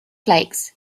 flakes